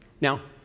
Now